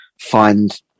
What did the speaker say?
find